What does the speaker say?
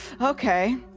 okay